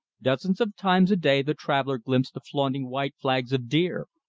dozens of times a day the traveller glimpsed the flaunting white flags of deer.